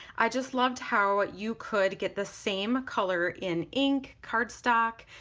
i just loved how you could get the same color in ink, card stock,